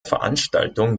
veranstaltung